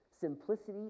simplicity